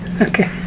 Okay